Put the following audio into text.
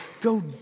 Go